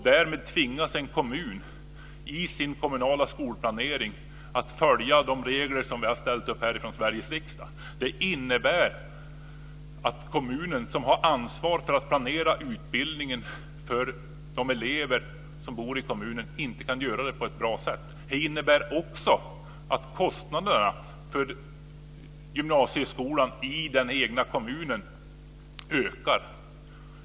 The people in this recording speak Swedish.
Därmed tvingas en kommun i sin kommunala skolplanering att följa de regler som vi har ställt upp i Sveriges riksdag. Det innebär att kommunen som har ansvar för att planera utbildningen för de elever som bor i kommunen inte kan göra det på ett bra sätt. Det innebär också att kostnaderna för gymnasieskolan i den egna kommunen ökar.